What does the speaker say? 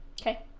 Okay